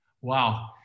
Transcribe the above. Wow